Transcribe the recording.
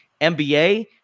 NBA